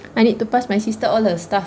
I need to pass my sister all her stuff